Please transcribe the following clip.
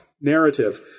narrative